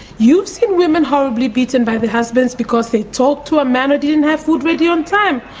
you've seen women horribly beaten by their husbands because they talked to a man, or didn't have food ready on time.